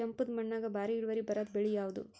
ಕೆಂಪುದ ಮಣ್ಣಾಗ ಭಾರಿ ಇಳುವರಿ ಬರಾದ ಬೆಳಿ ಯಾವುದು?